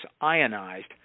ionized